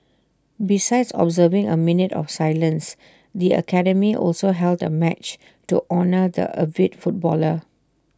besides observing A minute of silence the academy also held A match to honour the avid footballer